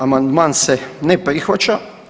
Amandman se ne prihvaća.